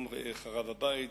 גם חרב הבית,